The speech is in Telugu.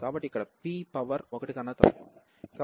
కాబట్టి ఈ ఇంటిగ్రల్ భిన్నంగా ఉంటుంది